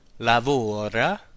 lavora